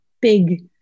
big